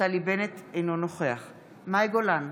נפתלי בנט, אינו נוכח מאי גולן,